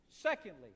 Secondly